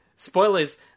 spoilers